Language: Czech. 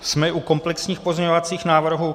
Jsme u komplexních pozměňovacích návrhů.